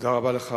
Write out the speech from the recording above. תודה רבה לך,